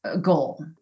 goal